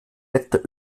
letzte